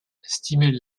stimule